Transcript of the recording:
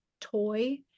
toy